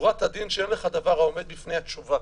"שורת הדין שיום אחד עבר העומד בפני התשובה,